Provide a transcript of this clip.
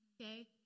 okay